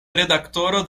redaktoro